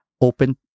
open